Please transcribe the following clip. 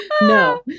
No